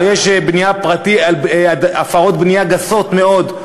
יש הפרות בנייה גסות מאוד,